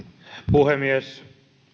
puhemies